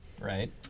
Right